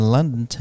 London